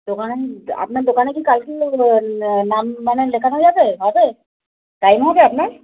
দোকানে আপনার দোকানে কি কালকে নাম মানে লেখানো যাবে হবে টাইম হবে আপনার